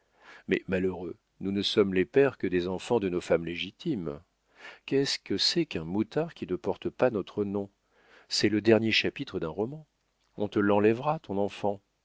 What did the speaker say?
mais malheureux nous ne sommes les pères que des enfants de nos femmes légitimes qu'est-ce que c'est qu'un moutard qui ne porte pas notre nom c'est le dernier chapitre d'un roman on te l'enlèvera ton enfant